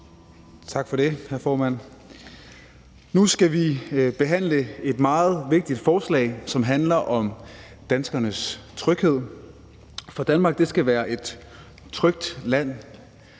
Tak for det, hr. formand. Nu skal vi behandle et meget vigtigt forslag, som handler om danskernes tryghed. For Danmark skal være et trygt land,